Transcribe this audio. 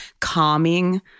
calming